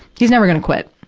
he's never gonna quit.